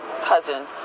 cousin